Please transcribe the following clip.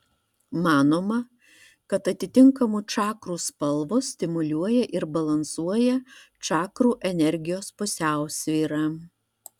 manoma kad atitinkamų čakrų spalvos stimuliuoja ir balansuoja čakrų energijos pusiausvyrą